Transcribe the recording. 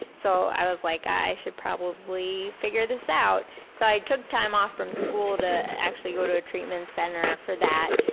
so, i was like, i should probably figure this out. so, i took time off from school to actually go to a treatment center for that.